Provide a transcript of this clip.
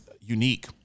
unique